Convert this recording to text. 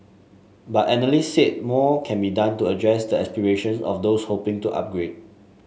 but analyst said more can be done to address the aspirations of those hoping to upgrade